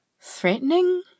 threatening